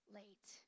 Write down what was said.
late